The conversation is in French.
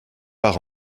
par